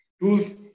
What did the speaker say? tools